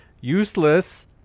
useless